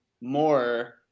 more